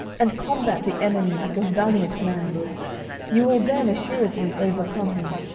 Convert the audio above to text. and combat the enemy like a valiant man you will then assuredly overcome him.